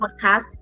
podcast